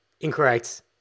Incorrect